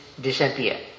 disappear